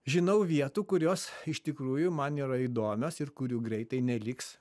žinau vietų kurios iš tikrųjų man yra įdomios ir kurių greitai neliks